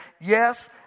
Yes